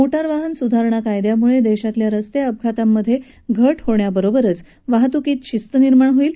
motor वाहन सुधारणा कायद्यामुळे देशातल्या रस्ते अपघातांमध्ये घट होण्याबरोबरच वाहतुकीमध्ये शिस्त निर्माण होईल